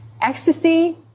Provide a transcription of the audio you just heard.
Ecstasy